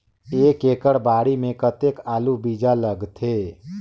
एक एकड़ बाड़ी मे कतेक आलू बीजा लगथे?